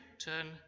turn